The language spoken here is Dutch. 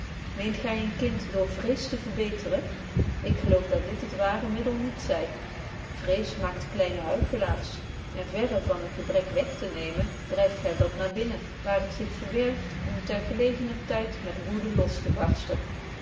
meent gy een kind door vrees te verbeteren ik geloof dat dit het ware middel niet zy vrees maakt kleine huichelaars en verre van een gebrek wegtenemen dryft gy dat naar binnen daar het zich verbergt om ter gelegener tyd met woede los te barsten